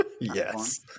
Yes